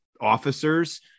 officers